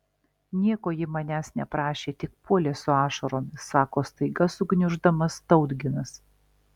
nieko ji manęs neprašė tik puolė su ašaromis sako staiga sugniuždamas tautginas